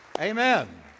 Amen